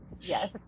Yes